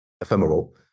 ephemeral